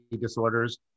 disorders